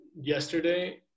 yesterday